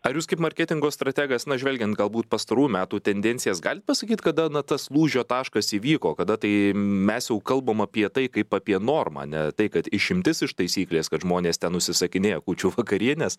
ar jūs kaip marketingo strategas na žvelgiant galbūt pastarų metų tendencijas galit pasakyt kada na tas lūžio taškas įvyko kada tai mes jau kalbam apie tai kaip apie normą ne tai kad išimtis iš taisyklės kad žmonės ten užsisakinėja kūčių vakarienes